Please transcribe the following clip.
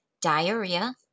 diarrhea